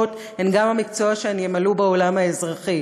הוא גם המקצוע שהן ימלאו בעולם האזרחי.